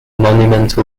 monumental